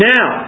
Now